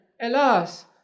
alas